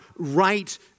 Right